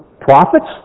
prophets